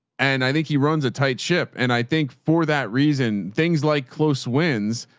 and i think he runs a tight ship. and i think for that reason, things like close wins,